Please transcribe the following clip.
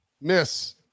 miss –